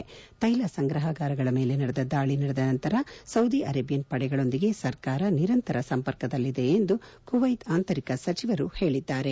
ತ್ನೆಲ ಸಂಗ್ರಹಾಗಾರಗಳ ಮೇಲೆ ದಾಳಿ ನಡೆದ ನಂತರ ಸೌದಿ ಅರೇಬಿಯನ್ ಪಡೆಗಳೊಂದಿಗೆ ಸರ್ಕಾರ ನಿರಂತರ ಸಂಪರ್ಕದಲ್ಲಿದೆ ಎಂದು ಕುವ್ಲೆತ್ ಆಂತರಿಕ ಸಚಿವರು ಹೇಳಿದ್ದಾರೆ